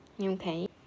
Okay